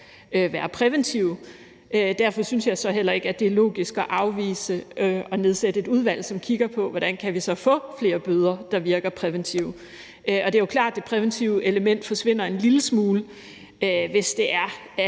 være præventive. Derfor synes jeg så heller ikke, at det er logisk at afvise at nedsætte et udvalg, som kigger på, hvordan vi så kan få flere bøder, der virker præventivt. Det er klart, at det præventive element forsvinder en lille smule, hvis det er, at